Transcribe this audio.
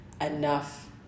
enough